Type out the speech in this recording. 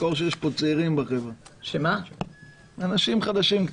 תזכור שיש פה צעירים, אנשים חדשים.